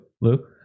Lou